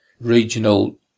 regional